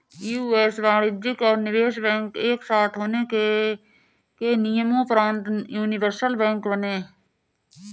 US में वाणिज्यिक और निवेश बैंक एक साथ होने के नियम़ोंपरान्त यूनिवर्सल बैंक बने